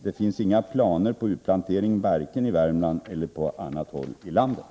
Det finns inga planer på utplantering vare sig i Värmland eller på annat håll i landet.